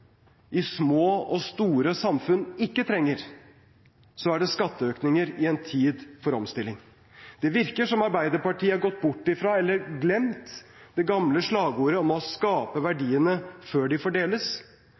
i små og store samfunn ikke trenger, er det skatteøkninger i en tid for omstilling. Det virker som Arbeiderpartiet har gått bort fra eller glemt det gamle slagordet om å skape verdiene før de fordeles.